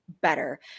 better